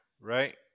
right